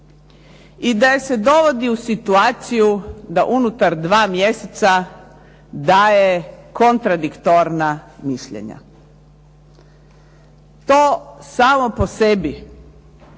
i da je se dovodi u situaciju da unutar dva mjeseca daje kontradiktorna mišljenja. To samo po sebi